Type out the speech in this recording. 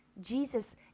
Jesus